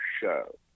show